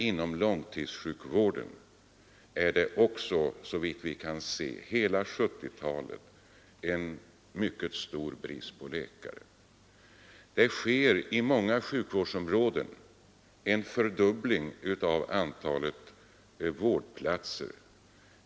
Inom långtidssjukvården kommer det också såvitt vi kan se att under hela 1970-talet vara stor brist på läkare. I många sjukvårdsområden fördubblas antalet vårdplatser.